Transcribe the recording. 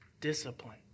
discipline